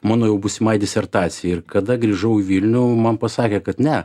mano jau būsimai disertacijai ir kada grįžau į vilnių man pasakė kad ne